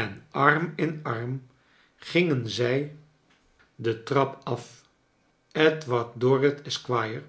en arm in arm gingen zij de trap af edward dorrit esquire